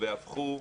והפכו,